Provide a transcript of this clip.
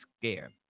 scare